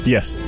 Yes